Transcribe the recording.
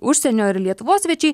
užsienio ir lietuvos svečiai